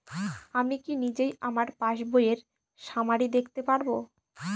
আমি কি নিজেই আমার পাসবইয়ের সামারি দেখতে পারব?